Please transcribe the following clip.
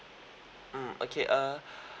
mm okay uh